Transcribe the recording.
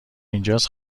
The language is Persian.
اینجاس